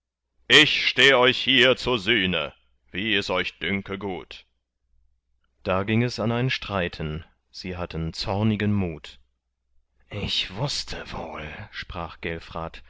ich steh euch hier zur sühne wie es euch dünke gut da ging es an ein streiten sie hatten zornigen mut ich wußte wohl sprach gelfrat